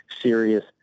serious